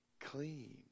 clean